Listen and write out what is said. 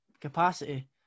capacity